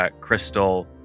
crystal